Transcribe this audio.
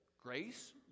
Grace